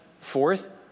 fourth